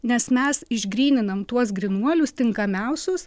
nes mes išgryninam tuos grynuolius tinkamiausius